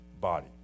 body